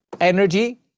energy